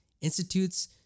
institutes